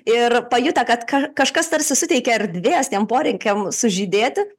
ir pajutę kad ka kažkas tarsi suteikia erdvės tiem poreikiam sužydėti